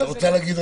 אני חושבת שהשינוי